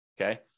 Okay